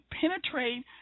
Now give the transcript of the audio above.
penetrate